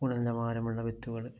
ഭാരമുള്ള വിത്തുകൾ